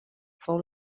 fou